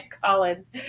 Collins